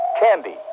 Candy